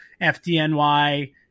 FDNY